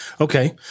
Okay